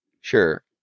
sure